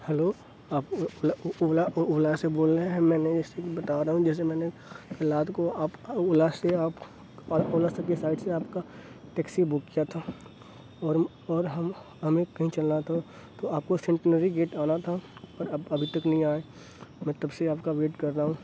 hello آپ اولا اولا سے بول رہے ہیں میں نے ایسے بتا رہا ہوں جیسے میں نے لات کو آپ اولا سے آپ اولا کی ویب سائٹ سے آپ کا ٹیکسی بک کیا تھا اور اور ہم ہمیں کہیں چلنا تو تو آپ کو سنٹنری گیٹ آنا تھا اور اب ابھی تک نہیں آئے میں تب سے آپ کا ویٹ کر رہا ہوں